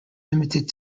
limited